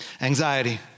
Anxiety